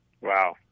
Wow